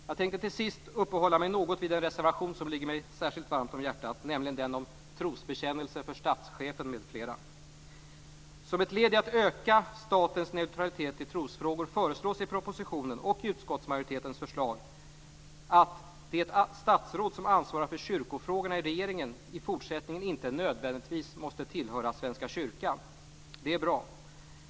Jag tänkte till sist uppehålla mig något vid en reservation som ligger mig särskilt varmt om hjärtat, nämligen den om trosbekännelse för statschefen m.fl. Som ett led i att öka statens neutralitet i trosfrågor föreslås i propositionen och i utskottsmajoritetens förslag att det statsråd som ansvarar för kyrkofrågorna i regeringen i fortsättningen inte nödvändigtvis måste tillhöra Svenska kyrkan. Det är bra.